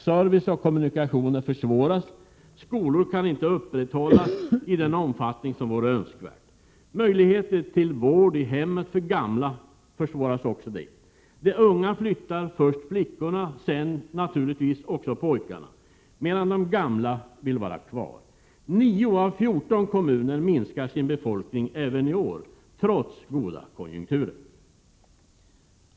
Service och kommunikationer försvåras och skolor kan inte upprätthållas i den omfattning som vore önskvärt. Möjligheter till vård i hemmet för gamla försvåras också. De unga flyttar, först flickorna, sedan naturligtvis också pojkarna, medan de gamla vill vara kvar. Nio av 14 kommuner minskar sin befolkning även i år trots goda konjunkturer.